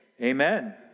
Amen